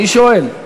מי שואל?